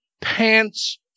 pants